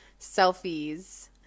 selfies